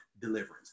deliverance